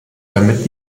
damit